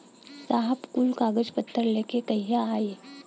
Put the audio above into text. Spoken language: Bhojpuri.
साहब कुल कागज पतर लेके कहिया आई?